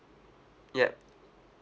yup